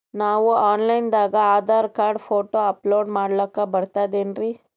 ನಾವು online ದಾಗ Aadhaar card, photo upload ಮಾಡ್ಲಕ ಬರ್ತದೇನ್ರಿ?